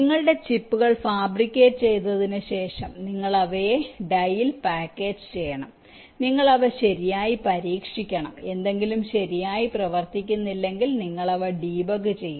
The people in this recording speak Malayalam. നിങ്ങളുടെ ചിപ്പുകൾ ഫാബ്രിക്കേറ്റ് ചെയ്തതിനുശേഷം നിങ്ങൾ അവയെ ഡൈയിൽ പാക്കേജ് ചെയ്യണം നിങ്ങൾ അവ ശരിയായി പരീക്ഷിക്കണം എന്തെങ്കിലും ശരിയായി പ്രവർത്തിക്കുന്നില്ലെങ്കിൽ നിങ്ങൾ അവ ഡീബഗ് ചെയ്യണം